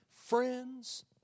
friends